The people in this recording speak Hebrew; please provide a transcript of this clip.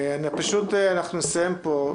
פשוט אנחנו נסיים פה.